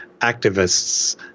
activists